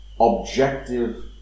objective